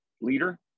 leader